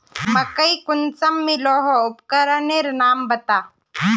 मकई कुंसम मलोहो उपकरनेर नाम बता?